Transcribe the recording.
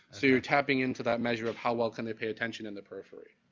so you're tapping into that measure of how well can they pay attention in the periphery.